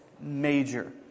major